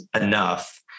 enough